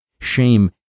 Shame